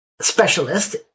specialist